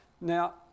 Now